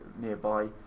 nearby